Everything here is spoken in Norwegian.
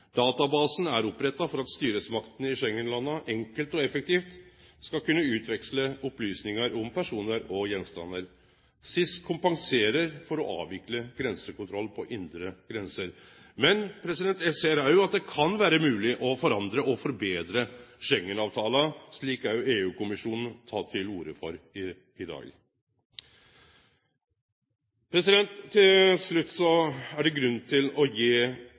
Databasen er oppretta for at styresmaktene i Schengen-landa enkelt og effektivt skal kunne utveksle opplysningar om personar og gjenstandar. SIS kompenserer for det å avvikle grensekontrollen på indre grenser. Men eg ser òg at det kan vere mogleg å forandre og forbetre Schengen-avtala, slik òg EU-kommisjonen tek til orde for i dag. Til slutt er det grunn til å gje